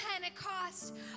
Pentecost